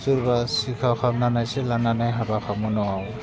सोरबा सिखाव खालामनानैसो लानानै हाबा खालामो न'आव